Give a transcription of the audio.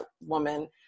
woman